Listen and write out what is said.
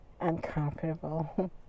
uncomfortable